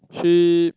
she